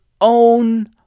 own